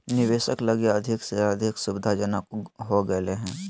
निवेशक लगी अधिक से अधिक सुविधाजनक हो गेल हइ